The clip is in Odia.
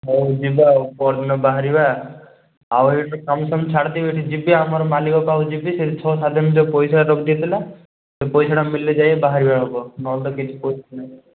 ହଉ ଯିବା ଆଉ ପହରଦିନ ବାହାରିବା ଆଉ ଏଇଠି କାମ ଫାମ ଛାଡ଼ିଦେବି ଯିବି ଆମର ମାଲିକ ପାଖକୁ ଯିବି ସେଠି ଛଅ ସାତ ଦିନ ଭିତରେ ପଇସା ଯଦି ଦେଇ ଦେଲା ସେ ପଇସାଟା ମିଳିଲେ ଯାଇ ବାହାରିବା ହବ ନହେଲେ ତ କିଛି ପଇସା ନାହିଁ